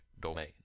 domain